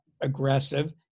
aggressive